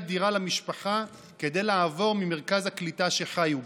דירה למשפחה כדי לעבור ממרכז הקליטה שחיו בו.